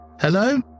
Hello